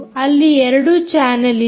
ಅಲ್ಲಿ 2 ಚಾನಲ್ ಇದೆ